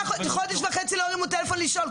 לא מעניין! חודש וחצי לא הרימו טלפון לא הרימו טלפון לשאול.